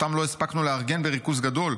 אותם לא הספקנו לארגן בריכוז גדול,